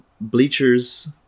bleachers